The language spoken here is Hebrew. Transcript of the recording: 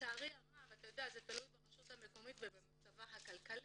לצערי הרב, זה תלוי ברשות המקומית ובמצבה הכלכלי.